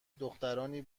دخترانی